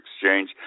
Exchange